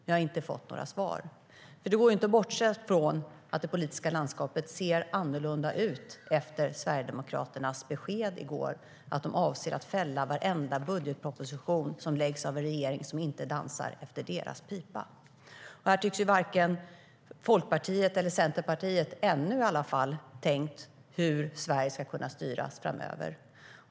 Jag har inte fått några svar. Här tycks varken Folkpartiet eller Centerpartiet - i alla fall inte ännu - tänkt på hur Sverige ska kunna styras framöver.